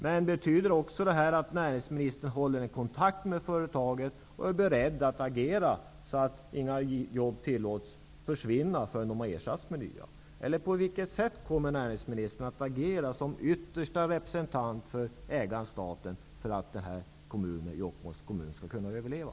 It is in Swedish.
Men betyder det också att näringsministern håller kontakt med företaget och är beredd att agera så att inga jobb tillåts att försvinna förrän de har ersatt av nya? På vilket sätt kommer näringsministern som yttersta representant för ägaren staten att agera för att Jokkmokks kommun skall kunna överleva?